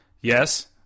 Yes